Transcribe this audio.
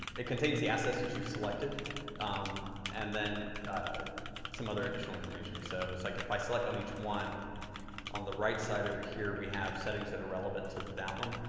it contains the assets that you've selected um and then some other additional information. so, it's like if i select on each one on the right side over here, we have settings that are relevant to that one.